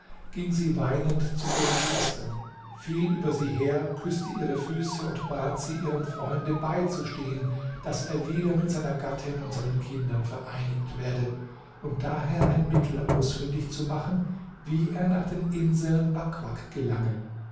ging sie weinend zu ihren schwestern fiel über sie her küßte ihre füße und bat sie ihrem freunde beizustehen daß er wieder mit seiner gattin und seinen kindern vereinigt werde und daher ein mittel ausfindig zu machen wie er nach den inseln wak wak gelange